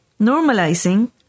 normalizing